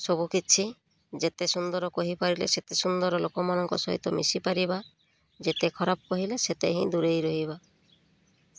ସବୁ କିଛି ଯେତେ ସୁନ୍ଦର କହିପାରିଲେ ସେତେ ସୁନ୍ଦର ଲୋକମାନଙ୍କ ସହିତ ମିଶିପାରିବା ଯେତେ ଖରାପ କହିଲେ ସେତେ ହିଁ ଦୂରେଇ ରହିବା